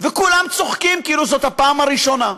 וכולם צוחקים כאילו זאת הפעם הראשונה,